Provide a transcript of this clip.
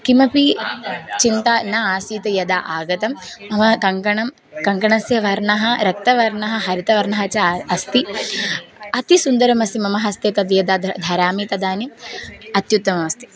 किमपि चिन्ता न आसीत् यदा आगतं मम कङ्कणं कङ्कणस्य वर्णः रक्तवर्णः हरितवर्णः च अस्ति अतिसुन्दरम् अस्ति मम हस्ते तद्यदा द्र धरामि तदानीम् अत्युत्तममस्ति